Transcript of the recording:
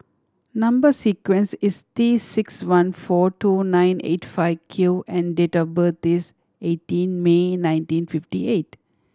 number sequence is T six one four two nine eight five Q and date of birth is eighteen May nineteen fifty eight